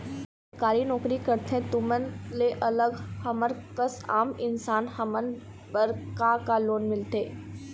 सरकारी नोकरी करथे तुमन ले अलग हमर कस आम इंसान हमन बर का का लोन मिलथे?